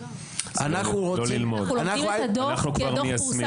אנחנו רוצים --- זה לא ללמוד; אנחנו כבר מיישמים.